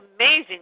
amazing